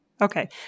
Okay